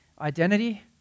Identity